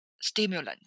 stimulant